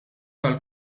tal